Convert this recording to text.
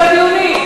חבר הכנסת גפני,